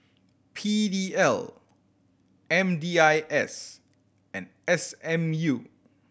P D L M D I S and S M U